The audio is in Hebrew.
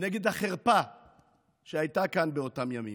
ונגד החרפה שהייתה כאן באותם ימים,